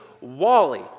Wally